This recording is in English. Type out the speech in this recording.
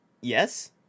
Yes